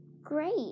Great